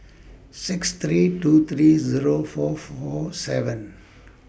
six three two three Zero four four seven